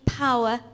power